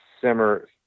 simmer